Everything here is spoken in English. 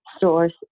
source